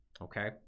Okay